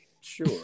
sure